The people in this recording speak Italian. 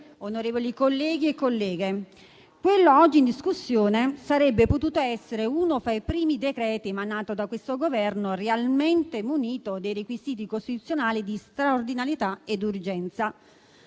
onorevoli colleghi e colleghe, quello oggi in discussione sarebbe potuto essere uno fra i primi decreti emanati da questo Governo realmente munito dei requisiti costituzionali di straordinarietà ed urgenza.